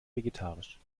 vegetarisch